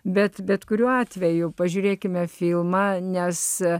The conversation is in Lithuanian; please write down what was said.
bet bet kuriuo atveju pažiūrėkime filmą nes